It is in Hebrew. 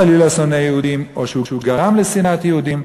חלילה, שונא יהודים או שהוא גרם לשנאת יהודים.